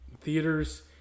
theaters